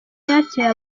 yakiriye